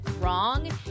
wrong